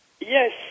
Yes